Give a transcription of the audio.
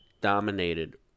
dominated